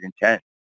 intent